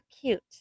cute